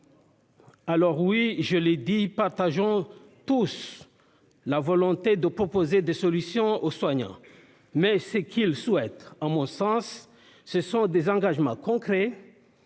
Alors, oui, je l'ai dit, nous partageons tous la volonté de proposer des solutions aux soignants, mais ce qu'ils souhaitent, à mon sens, ce sont des engagements concrets